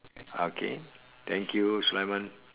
okay thank you sulaiman